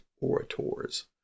orators